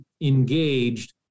engaged